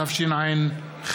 התשע"ח